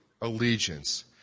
allegiance